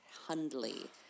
Hundley